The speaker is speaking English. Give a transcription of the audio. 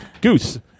Goose